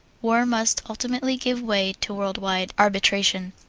war must ultimately give way to world-wide arbitration.